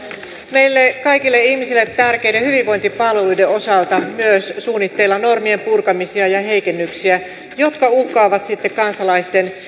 meille kaikille ihmisille tärkeiden hyvinvointipalveluiden osalta myös suunnitteilla normien purkamisia ja heikennyksiä jotka uhkaavat kansalaisten